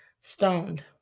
stoned